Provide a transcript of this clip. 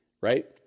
right